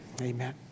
Amen